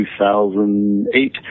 2008